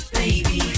baby